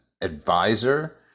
advisor